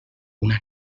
una